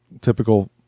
typical